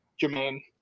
Jermaine